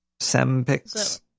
SemPix